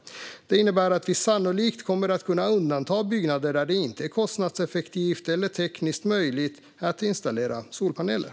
Det innebär att vi sannolikt kommer att kunna undanta byggnader där det inte är kostnadseffektivt eller tekniskt möjligt att installera solpaneler.